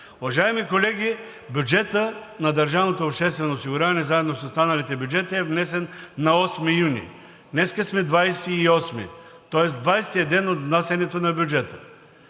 Уважаеми колеги, бюджетът на държавното обществено осигуряване, заедно с останалите бюджети, е внесен на 8 юни – днес сме 28-и, тоест 20-ият ден от внасянето на бюджета.